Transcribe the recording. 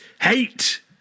Hate